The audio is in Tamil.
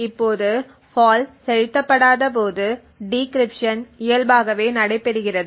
இப்போது ஃபால்ட் செலுத்தப்படாதபோது டிகிரிப்ஷன் இயல்பாகவே நடைபெறுகிறது